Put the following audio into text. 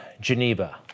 Geneva